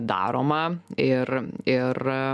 daroma ir ir